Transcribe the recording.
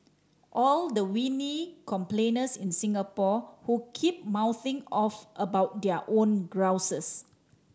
all the whiny complainers in Singapore who keep mouthing off about their own grouses